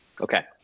Okay